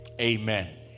Amen